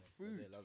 food